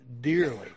dearly